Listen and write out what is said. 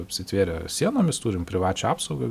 apsitvėrę sienomis turim privačią apsaugą